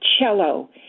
cello